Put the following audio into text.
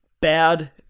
bad